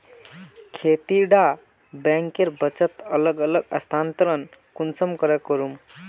खेती डा बैंकेर बचत अलग अलग स्थानंतरण कुंसम करे करूम?